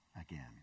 again